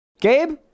Gabe